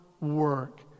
work